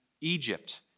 Egypt